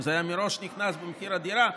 אם זה היה מראש נכנס במחיר הדירה,